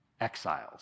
exiles